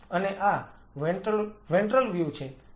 અને આ ventral view છે